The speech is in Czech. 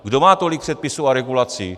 Kdo má tolik předpisů a regulací?